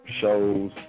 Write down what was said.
shows